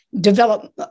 develop